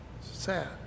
sad